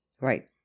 Right